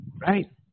right